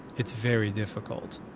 it's very difficult.